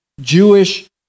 Jewish